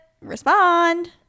Respond